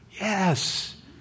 Yes